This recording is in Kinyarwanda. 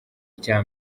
icya